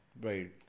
Right